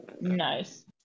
Nice